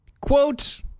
quote